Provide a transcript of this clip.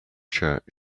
church